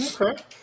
Okay